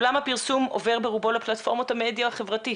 עולם הפרסום עובר ברובו לפלטפורמות המדיה החברתית.